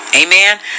Amen